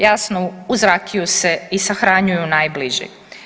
Jasno uz rakiju se i sahranjuju najbliži.